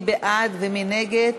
מי בעד ומי נגד?